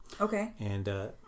Okay